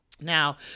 Now